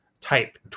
type